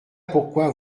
pourquoi